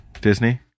Disney